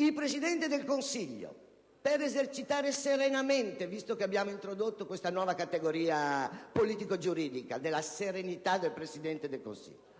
il Presidente del Consiglio per esercitare serenamente - visto che abbiamo introdotto questa nuova categoria politico-giuridica della serenità del Presidente del Consiglio